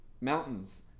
Mountains